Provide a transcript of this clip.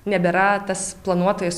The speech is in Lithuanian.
nebėra tas planuotojas